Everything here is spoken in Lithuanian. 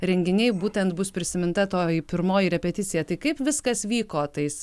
renginiai būtent bus prisiminta toji pirmoji repeticija tai kaip viskas vyko tais